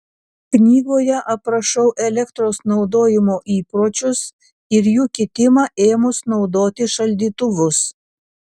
knygoje aprašau elektros naudojimo įpročius ir jų kitimą ėmus naudoti šaldytuvus